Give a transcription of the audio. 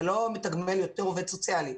אתה לא מתגמל יותר עובד סוציאלי.